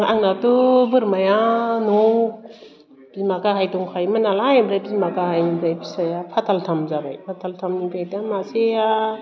आंनाथ' बोरमाया न'आव बिमा गाहाय दंखायोमोन नालाय ओमफ्राय बिमा गाहायनिफ्राय फिसाया फाथाल थाम जाबाय फाथाल थाम बेजों मासेया